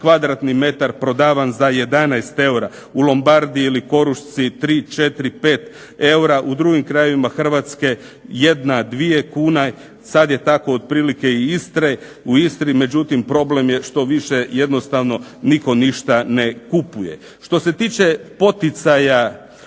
kvadratni metar prodavan za 11 eura, u Lumbardi ili Korušci 3, 4, 5 eura, u drugim krajevima Hrvatske jedna, dvije kune, sad je tako otprilike i Istre, u Istri, međutim problem je što više jednostavno nitko ništa ne kupuje. Što se tiče poticaja